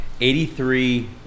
83